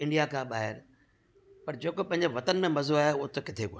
India खां ॿाहिरि पर जेको पंहिंजो वतन में मज़ो आहे उहो त किथे कोन्हे